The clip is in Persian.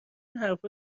حرفا